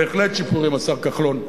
בהחלט שיפורים, השר כחלון,